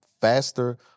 faster